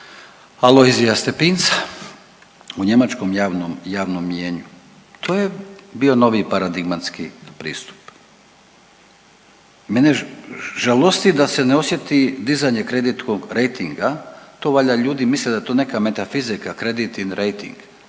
Alojzija Stepinca u njemačkom javnom mnijenju. To je bio novi paradigmatski pristup. Mene žalosti da se ne osjeti dizanje .../Govornik se ne razumije./... rejtinga, to valjda ljudi misle da je to neka metafizika, .../Govornik